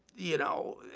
you know,